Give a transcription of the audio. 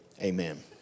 Amen